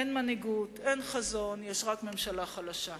אין מנהיגות, אין חזון, יש רק ממשלה חלשה.